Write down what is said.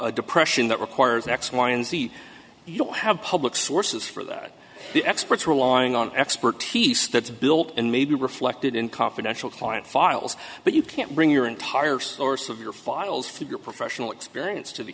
of depression that requires an x y and z you don't have public sources for that the experts relying on expertise that's built and maybe reflected in confidential client files but you can't bring your entire source of your files for your professional experience to the